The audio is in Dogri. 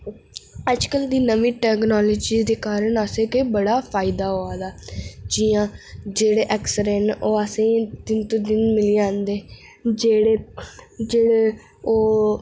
अज्जकल दी नमीं टेक्नोलाजी दे कारण असें ते बड़ा फायदा होआ दा जि'यां जेह्ड़े एक्स रे न ओह् असें दिन तू दिन मिली जन्दे जेह्ड़े जेह्ड़े ओह्